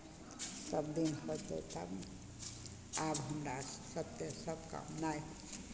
सभदिन करतै तब ने आब हमरासँ ओतेक सभकाम नहि होइ छै